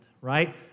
right